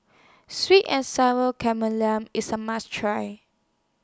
Sweet and Sour IS A must Try